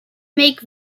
make